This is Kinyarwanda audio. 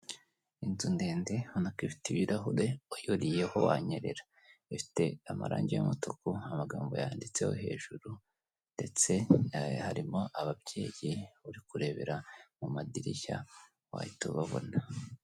Inzu ndende ubona ko ifite ibirahure, uyuriyeho wanyerera, ifite amarangi y'umutuku amagambo yanditseho hejuru, ndetse na harimo ababyeyi, uri kurebera mu madirishya wahita ubabona.